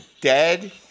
dead